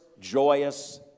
joyous